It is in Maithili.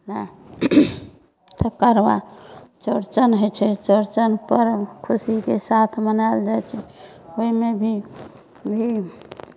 तकरबाद चौरचन होइ छै चौरचन पर्व खुशीके साथ मनायल जाइ छै ओहिमे भी भी